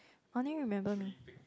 I only remember Ming